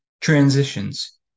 transitions